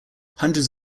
hundreds